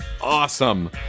awesome